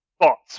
bots